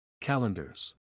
Calendars